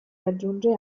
raggiunge